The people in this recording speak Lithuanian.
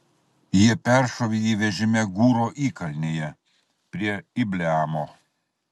jie peršovė jį vežime gūro įkalnėje prie ibleamo